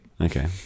Okay